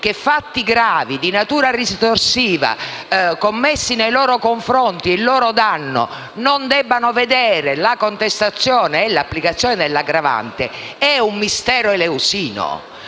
che fatti gravi, di natura ritorsiva, commessi nei loro confronti, in loro danno, non debbano vedere la contestazione e l'applicazione dell'aggravante, è un mistero eleusino.